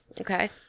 Okay